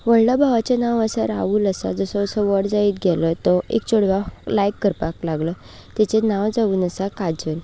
व्हडल्या भावाचें नांव आसा राहूल आसा जसो जसो व्हड जायत गेलो तो एक चेडवाक लायक करपाक लागलो ताचें नांव जावन आसा काजल